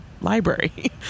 library